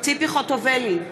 ציפי חוטובלי,